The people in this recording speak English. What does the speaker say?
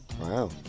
Wow